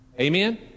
Amen